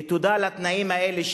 ותודה על התנאים האלה,